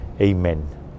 Amen